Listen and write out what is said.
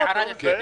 הערה לסדר.